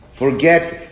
forget